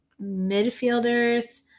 midfielders